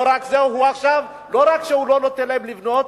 לא רק שהוא לא נותן לכם לבנות,